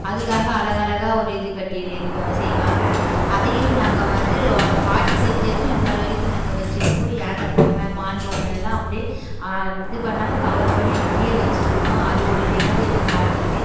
அதுக்காக அழகழகாக ஒரு இது கட்டி செய்வாங்கள் அதையும் நாங்கள் வந்து எங்கள் பாட்டி செஞ்சதும் இந்நாள் வரைக்கும் நாங்கள் வச்சிருக்கோம் யானை பொம்மை மான் பொம்மை எல்லாம் அப்படியே இது பண்ணாமல் கவர் பண்ணி அப்படியே வச்சிருக்கோம் அது ஒரு நினைவு எங்கள் பாட்டி இது